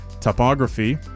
topography